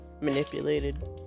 manipulated